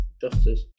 justice